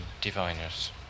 diviners